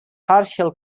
partial